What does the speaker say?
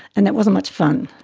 and it wasn't much fun.